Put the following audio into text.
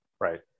right